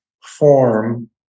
form